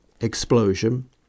explosion